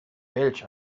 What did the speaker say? welch